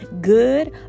good